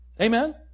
Amen